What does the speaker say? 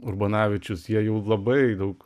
urbonavičius jie jau labai daug